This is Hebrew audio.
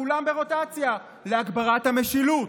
כולם ברוטציה להגברת המשילות.